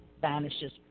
vanishes